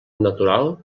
natural